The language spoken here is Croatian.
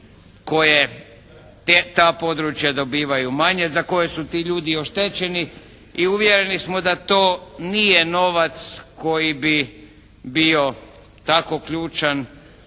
koje ta područja dobivaju manje za koja su ti ljudi oštećeni i uvjereni smo da to nije novac koji bi bio tako ključan